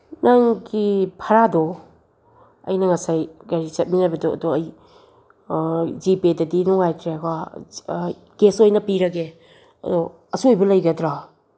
ꯅꯪꯒꯤ ꯚꯔꯥꯗꯣ ꯑꯩꯅ ꯉꯁꯥꯏ ꯒꯥꯔꯤ ꯆꯠꯃꯤꯟꯅꯕꯗꯣ ꯑꯗꯣ ꯑꯩ ꯖꯤ ꯄꯦ ꯗꯗꯤ ꯅꯨꯡꯉꯥꯏꯇ꯭ꯔꯦ ꯀꯣ ꯀꯦꯁ ꯑꯣꯏꯅ ꯄꯤꯔꯒꯦ ꯑꯗꯣ ꯑꯆꯣꯏꯕ ꯂꯩꯒꯗ꯭ꯔꯣ